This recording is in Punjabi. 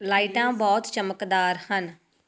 ਲਾਈਟਾਂ ਬਹੁਤ ਚਮਕਦਾਰ ਹਨ